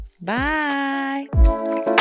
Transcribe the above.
Bye